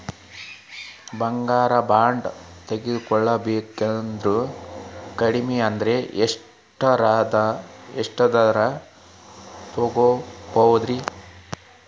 ಬಂಗಾರ ಬಾಂಡ್ ತೊಗೋಬೇಕಂದ್ರ ಕಡಮಿ ಅಂದ್ರ ಎಷ್ಟರದ್ ತೊಗೊಬೋದ್ರಿ?